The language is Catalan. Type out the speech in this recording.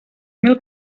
mil